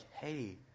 hey